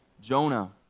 Jonah